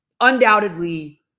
undoubtedly